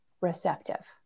receptive